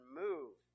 move